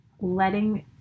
letting